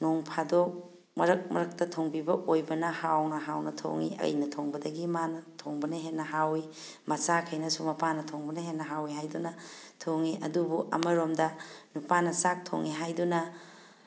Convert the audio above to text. ꯅꯣꯡ ꯐꯥꯗꯣꯛ ꯃꯔꯛ ꯃꯔꯛꯇ ꯊꯣꯡꯕꯤꯕ ꯑꯣꯏꯕꯅ ꯍꯥꯎꯅ ꯍꯥꯎꯅ ꯊꯣꯡꯉꯤ ꯑꯩꯅ ꯊꯣꯡꯕꯗꯒꯤ ꯃꯥꯅ ꯊꯣꯡꯕꯅ ꯍꯦꯟꯅ ꯍꯥꯎꯋꯤ ꯃꯆꯥꯈꯩꯅꯁꯨ ꯃꯄꯥꯅ ꯊꯣꯡꯕꯅ ꯍꯦꯟꯅ ꯍꯥꯎꯋꯤ ꯍꯥꯏꯗꯨꯅ ꯊꯣꯡꯉꯤ ꯑꯗꯨꯕꯨ ꯑꯃꯔꯣꯝꯗ ꯅꯨꯄꯥꯅ ꯆꯥꯛ ꯊꯣꯡꯉꯦ ꯍꯥꯏꯗꯨꯅ